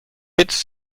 its